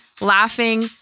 laughing